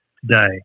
today